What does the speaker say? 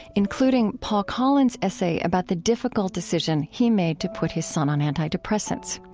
including paul collins' essay about the difficult decision he made to put his son on antidepressants.